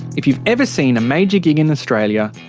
if you've ever seen a major gig in australia,